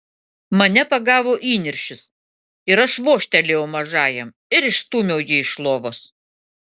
mane pagavo įniršis ir aš vožtelėjau mažajam ir išstūmiau jį iš lovos